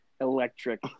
Electric